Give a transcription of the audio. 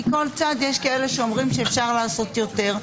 מכל צד יש כאלה שאומרים שאפשר לעשות יותר,